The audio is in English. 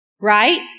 right